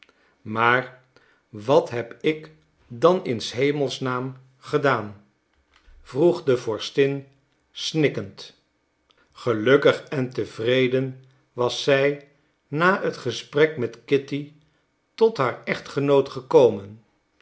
maar wat heb ik dan in s hemels naam gedaan vroeg de vorstin snikkend gelukkig en tevreden was zij na het gesprek met kitty tot haar echtgenoot gekomen